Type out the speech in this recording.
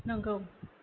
नोंगौ